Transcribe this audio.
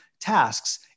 tasks